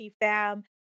fam